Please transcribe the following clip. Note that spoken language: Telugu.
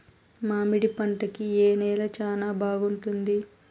మామిడి పంట కి ఏ నేల చానా బాగుంటుంది